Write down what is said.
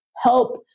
help